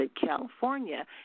California